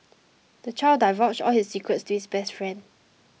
the child divulged all his secrets to his best friend